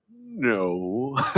No